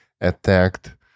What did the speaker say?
attacked